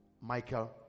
michael